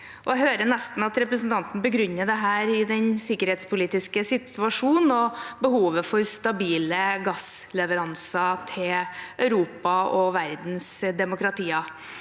Jeg hører nesten at representanten begrunner dette i den sikkerhetspolitiske situasjonen og behovet for stabile gassleveranser til Europa og verdens demokratier.